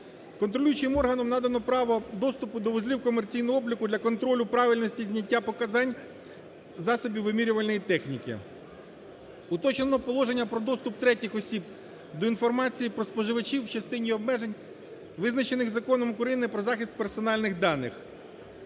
Контролюючим органом надано право доступу до вузлів комерційного обліку для контролю правильності зняття показань засобів вимірювальної техніки. Уточнено положення про доступ третіх осіб до інформації про споживачів в частині обмежень визначених Законом України "Про захист персональних даних".